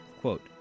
quote